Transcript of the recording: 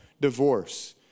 divorce